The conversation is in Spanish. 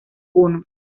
uno